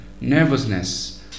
nervousness